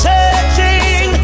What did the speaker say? Searching